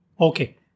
Okay